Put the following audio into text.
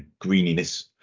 greeniness